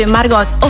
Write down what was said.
Margot